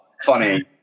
funny